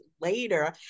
later